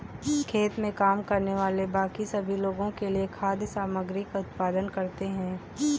खेत में काम करने वाले बाकी सभी लोगों के लिए खाद्य सामग्री का उत्पादन करते हैं